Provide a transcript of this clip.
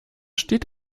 steht